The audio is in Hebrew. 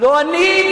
לא אני,